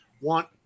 want